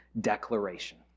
declaration